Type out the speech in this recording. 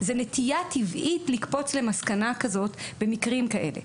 מראים שיש נטייה טבעית לקפוץ למסקנה כזאת במקרים כאלה.